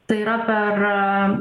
tai yra per